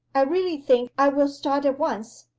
i really think i will start at once.